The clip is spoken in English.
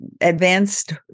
advanced